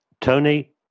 Tony